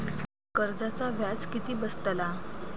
कर्जाचा व्याज किती बसतला?